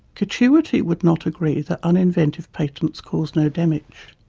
catuity would not agree that uninventive patents cause no damage.